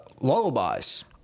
lullabies